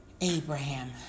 Abraham